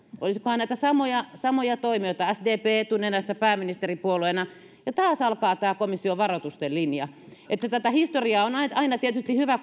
olisikohan näitä samoja samoja toimijoita sdp etunenässä pääministeripuolueena ja taas alkaa komission varoitusten linja että kun historiaa lähtee muistelemaan on aina tietysti hyvä